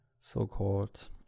so-called